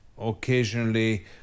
occasionally